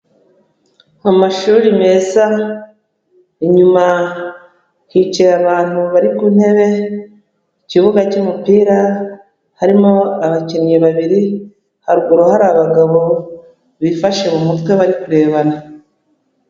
Amashuri meza inyuma hicaye abantu bari ku ntebe, ikibuga cy'umupira harimo abakinnyi babiri, haruguru hari abagabo bifashe mu mutwe bari kurebana.